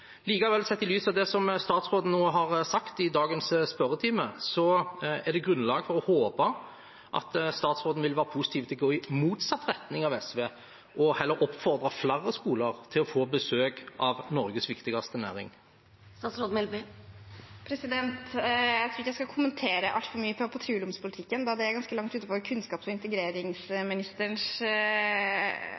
Likevel, sett i lys av det som statsråden nå har sagt i dagens spørretime, er det grunnlag for å håpe at statsråden vil være positiv til å gå i motsatt retning av SV, og heller oppfordre flere skoler til å få besøk av Norges viktigste næring. Jeg tror ikke jeg skal kommentere altfor mye av petroleumspolitikken, da det er ganske langt